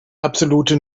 absolute